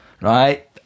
Right